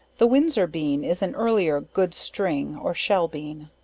the windsor bean, is an earlier, good string, or shell bean.